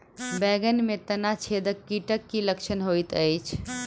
बैंगन मे तना छेदक कीटक की लक्षण होइत अछि?